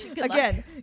Again